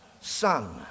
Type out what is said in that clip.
son